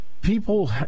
people